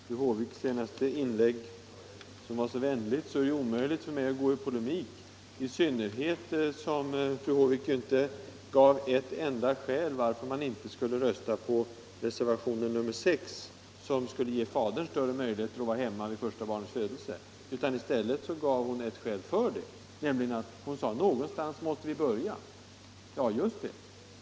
Herr talman! Efter fru Håviks senaste inlägg, som var så vänligt, är det omöjligt för mig att gå i polemik — i synnerhet som fru Håvik inte gav ett enda skäl emot att rösta på reservationen 6, som skulle ge fadern större möjligheter att vara hemma vid första barnets födelse. I stället gav hon ett skäl för det, nämligen när hon sade: Någonstans måste vi börja. Just det!